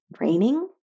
raining